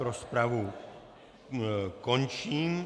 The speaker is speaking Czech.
Rozpravu končím.